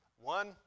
One